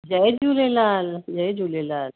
जय झूलेलाल जय झूलेलाल